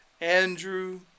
Andrew